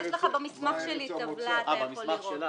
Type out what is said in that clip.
יש לך במסמך שלי טבלה, אתה יכול לראות.